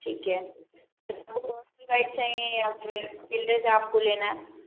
ठीक है गाइड चाहिए या फिर किले से आपको लेना है